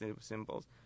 symbols